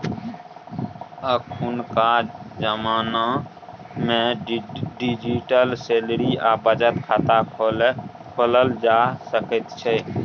अखुनका जमानामे digital salary वा बचत खाता खोलल जा सकैत छै